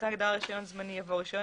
ׁ(4)אחרי ההגדרה "רישיון זמני" יבוא: ""רישיון